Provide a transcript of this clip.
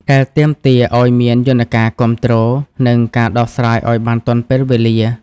ដែលទាមទារឱ្យមានយន្តការគាំទ្រ និងការដោះស្រាយឱ្យបានទាន់ពេលវេលា។